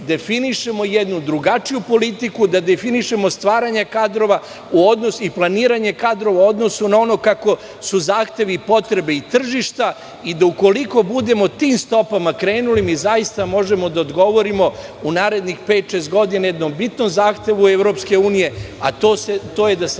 definišemo jednu drugačiju politiku, da definišemo stvaranje i planiranje kadrova u odnosu na ono kakvi su zahtevi i potrebe tržišta i da ukoliko budemo tim stopama krenuli mi zaista možemo da odgovorimo u narednih pet, šest godina jednom bitnom zahtevu EU, a to je da se